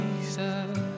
Jesus